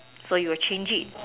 so you will change it